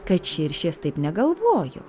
kad širšės taip negalvojo